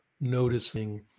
noticing